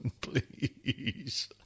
please